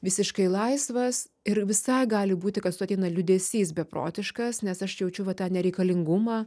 visiškai laisvas ir visai gali būti kad su ateina liūdesys beprotiškas nes aš jaučiu va tą nereikalingumą